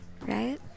right